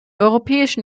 europäischen